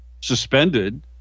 suspended